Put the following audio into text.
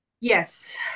Yes